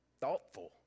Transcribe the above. thoughtful